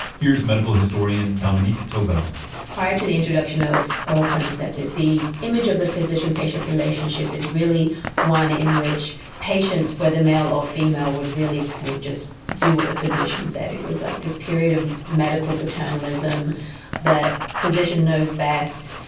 here's medical historian, dominique tobbell prior to the introduction of oral contraceptives, the image of the physician-patient relationship is really one in which patients, whether male or female, would really kind of just do what the physician said. it was like this period of medical paternalism that physician knows best.